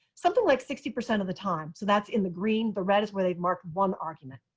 something like sixty percent of the time. so that's in the green. the red is where they've marked one argument.